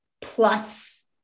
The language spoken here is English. plus